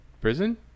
prison